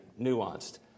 nuanced